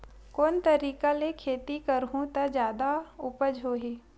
कोन तरीका ले खेती करहु त जादा उपज होही?